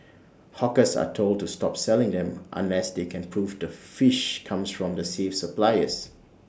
hawkers are told to stop selling them unless they can prove the fish comes from the safe suppliers